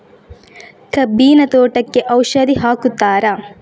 ಕಬ್ಬಿನ ತೋಟಕ್ಕೆ ಔಷಧಿ ಹಾಕುತ್ತಾರಾ?